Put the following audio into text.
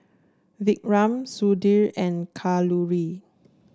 Vikram Sudhir and Kalluri